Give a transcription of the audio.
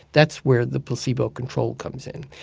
that's where the placebo control comes in.